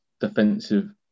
defensive